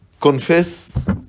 confess